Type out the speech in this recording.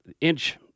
Inch